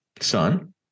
son